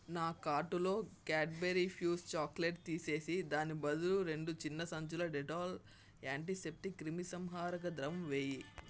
నా కార్టులో Cadbury fuse chocolate తీసేసి దానికి బదులు రెండు చిన్న సంచులు డేటాల్ యాంటీ సెప్టిక్ క్రిమిసంహారక ద్రవం వెయ్యి